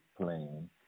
playing